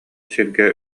сиргэ